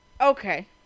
okay